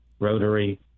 Rotary